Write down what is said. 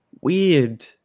weird